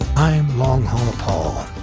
i am long haul paul